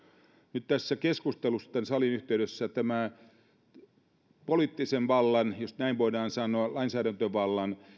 nyt tässä keskustelussa tämän salin yhteydessä poliittisen vallan jos näin voidaan sanoa lainsäädäntövallan